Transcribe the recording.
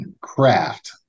craft